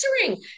answering